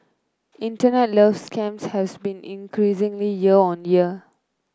internet love scams has been increasingly year on year